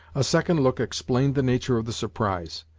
a second look explained the nature of the surprise.